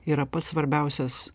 yra pats svarbiausias